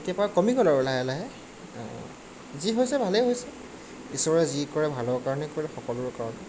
তেতিয়াৰ পৰা কমি গ'ল আৰু লাহে লাহে যি হৈছে ভালেই হৈছে ইশ্বৰে যি কৰে ভালৰ কাৰণেই কৰে সকলোৰে কাৰণে